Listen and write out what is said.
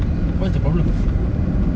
what's the problem